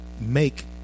make